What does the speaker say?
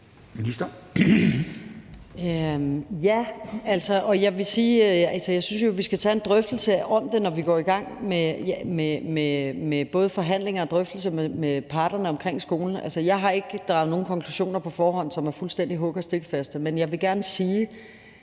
Jeg vil sige, at jeg jo synes, at vi skal tage en drøftelse om det, når vi går i gang med både forhandlinger og drøftelser med parterne omkring skolen. Altså, jeg har ikke på forhånd draget nogen konklusioner, som er fuldstændig hug- og stikfaste. Men jeg vil gerne sige,